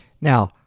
Now